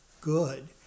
good